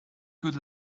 good